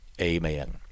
Amen